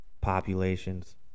populations